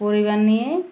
পরিবার নিয়ে